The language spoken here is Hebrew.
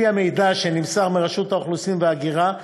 לפי המידע שנמסר מרשות האוכלוסין וההגירה,